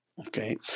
okay